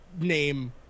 name